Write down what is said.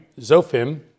Zophim